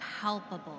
palpable